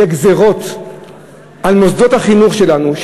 וגזירות על מוסדות החינוך שלנו,